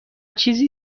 چیزی